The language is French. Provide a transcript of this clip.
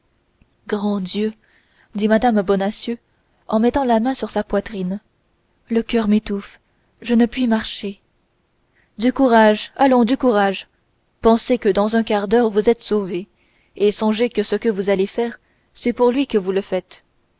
grand dieu dit mme bonacieux en mettant la main sur sa poitrine le coeur m'étouffe je ne puis marcher du courage allons du courage pensez que dans un quart d'heure vous êtes sauvée et songez que ce que vous allez faire c'est pour lui que vous le faites